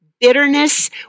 Bitterness